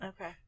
okay